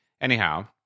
Anyhow